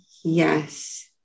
Yes